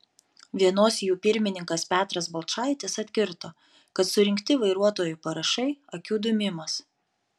vienos jų pirmininkas petras balčaitis atkirto kad surinkti vairuotojų parašai akių dūmimas